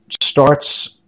starts